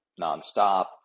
nonstop